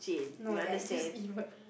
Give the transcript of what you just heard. no they are just evil